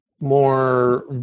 more